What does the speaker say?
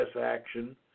action